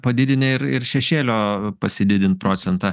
padidinę ir ir šešėlio pasididint procentą